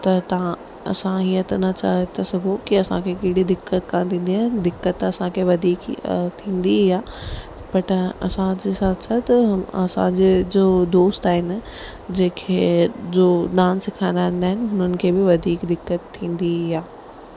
त तव्हां असां इहो त न चई था सघो कि असांखे कहिड़ी दिक़त कान थींदी आहे दिक़त त असां खे वधीक ई थींदी आहे बट असांजे साथ साथ असांजे जो दोस्त आहिनि जंहिंखे जो डांस सेखारंदा आहिनि हुननि खे बि वधीक दिक़त थींदी आहे